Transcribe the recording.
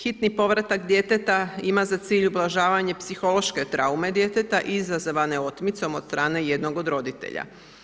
Hitni povratak djeteta ima za cilj ublažavanje psihološke traume djeteta izazvane otmicom od strane jednog od roditelja.